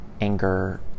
anger